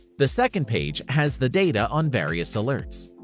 the second page has the data on various alerts.